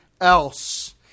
else